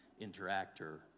interactor